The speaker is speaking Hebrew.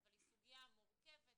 אבל זו סוגיה מורכבת,